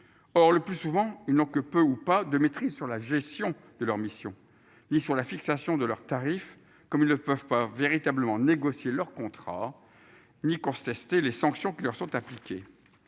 Or le plus souvent ils n'ont que peu ou pas de maîtrise sur la gestion de leur mission ni sur la fixation de leurs tarifs. Comme ils ne peuvent pas véritablement négocier leur contrat ni contester les sanctions qui leur sont appliqués.